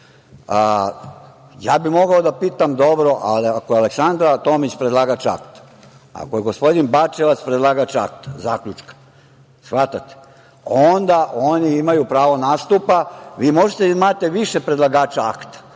bi da pitam, ako je Aleksandra Tomić predlagač akta, ako je gospodin Bačevac predlagač akta, zaključka, onda oni imaju pravo nastupa. Možete da imate više predlagača akta,